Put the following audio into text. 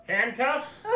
Handcuffs